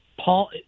Paul—